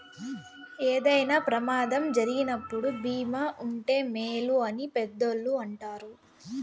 ఏదైనా ప్రమాదం జరిగినప్పుడు భీమా ఉంటే మేలు అని పెద్దోళ్ళు అంటారు